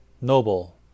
Noble